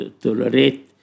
tolerate